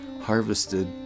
harvested